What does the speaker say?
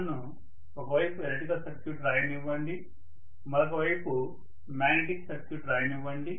నన్ను ఒక వైపు ఎలక్ట్రిక్ సర్క్యూట్ రాయనివ్వండి మరొక వైపు మాగ్నెటిక్ సర్క్యూట్ రాయనివ్వండి